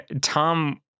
Tom